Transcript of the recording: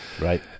Right